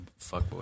fuckboy